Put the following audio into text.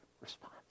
response